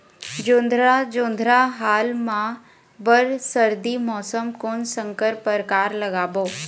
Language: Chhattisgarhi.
जोंधरा जोन्धरा हाल मा बर सर्दी मौसम कोन संकर परकार लगाबो?